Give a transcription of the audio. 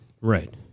Right